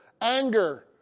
anger